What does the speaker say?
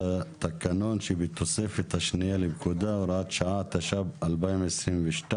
התקנון שבתוספת השנייה לפקודה) (הוראת שעה) התשפ"ב-2022.